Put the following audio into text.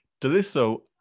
Deliso